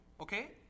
Okay